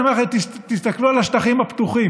אני אומר לכם: תסתכלו על השטחים הפתוחים.